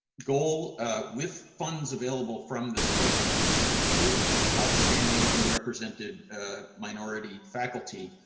goal with funds available from this program to recruit outstanding underrepresented minority faculty,